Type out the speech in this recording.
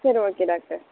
சரி okay doctor